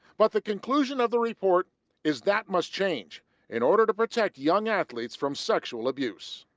but the conclusion of the report is that must change in order to protect young athletes from sexual abuse.